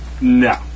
No